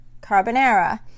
Carbonara